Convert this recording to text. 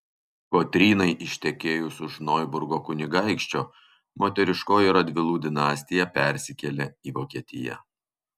kotrynai ištekėjus už noiburgo kunigaikščio moteriškoji radvilų dinastija persikėlė į vokietiją